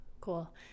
Cool